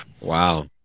Wow